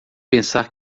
pensar